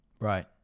Right